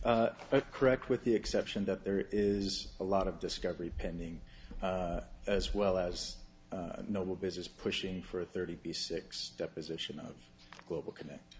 but correct with the exception that there is a lot of discovery pending as well as no business pushing for thirty six deposition of global connect